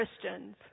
Christians